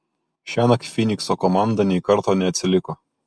šiąnakt fynikso komanda nei karto neatsiliko